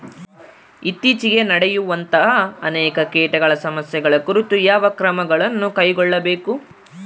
ಇತ್ತೇಚಿಗೆ ನಡೆಯುವಂತಹ ಅನೇಕ ಕೇಟಗಳ ಸಮಸ್ಯೆಗಳ ಕುರಿತು ಯಾವ ಕ್ರಮಗಳನ್ನು ಕೈಗೊಳ್ಳಬೇಕು?